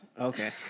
Okay